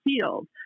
field